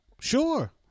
Sure